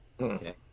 Okay